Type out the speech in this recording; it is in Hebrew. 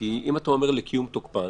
כי אם אתה אומר לקיום תוקפן,